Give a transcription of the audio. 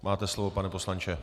Máte slovo, pane poslanče.